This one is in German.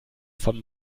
vom